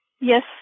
Yes